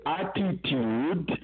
attitude